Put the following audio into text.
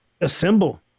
assemble